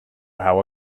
how